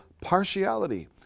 partiality